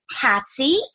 Patsy